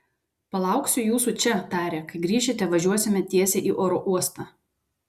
palauksiu jūsų čia tarė kai grįšite važiuosime tiesiai į oro uostą